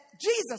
Jesus